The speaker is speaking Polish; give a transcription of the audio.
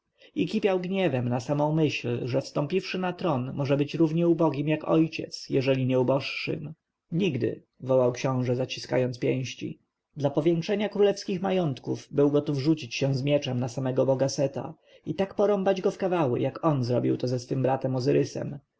i kipiał gniewem na samą myśl że wstąpiwszy na tron może być równie ubogim jak ojciec jeżeli nie uboższym nigdy wołał książę zaciskając pięści dla powiększenia królewskich majątków był gotów rzucić się z mieczem na samego boga seta i tak porąbać go w kawały jak on zrobił ze swoim bratem